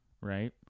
right